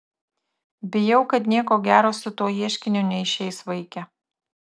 bijau kad nieko gero su tuo ieškiniu neišeis vaike